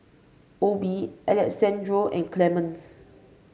Obe Alessandro and Clemence